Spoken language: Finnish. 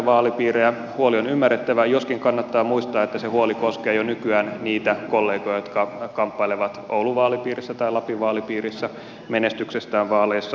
huoli on ymmärrettävä joskin kannattaa muistaa että se koskee jo nykyään niitä kollegoja jotka kamppailevat oulun tai lapin vaalipiirissä menestyksestään vaaleissa